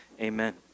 Amen